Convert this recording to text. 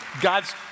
God's